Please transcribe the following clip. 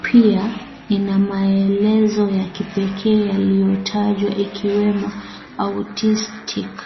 pia ina maelezo ya kipeke yaliyotajwa ikiwemo autistic.